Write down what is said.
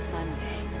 Sunday